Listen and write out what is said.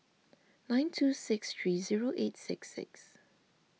nine two six three zero eight six six